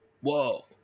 whoa